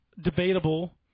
debatable